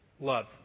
love